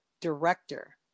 director